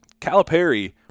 Calipari